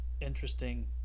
Interesting